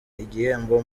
igihembo